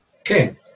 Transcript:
Okay